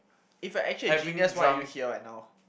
if you are actually a genius why are you here right now